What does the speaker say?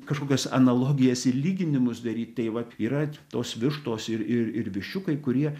kažkokias analogijas ir lyginimus daryt tai vat yra tos vištos ir ir ir viščiukai kurie